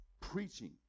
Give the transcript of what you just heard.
preaching